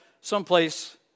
someplace